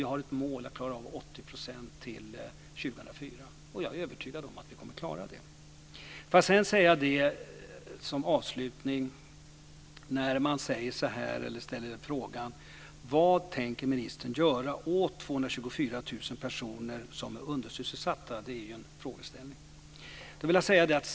Vi har ett mål att klara av 80 % till 2004. Jag är övertygad om att vi kommer att klara det.